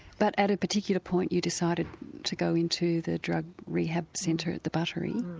but at a particular point you decided to go into the drug rehab centre at the buttery.